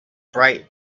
bright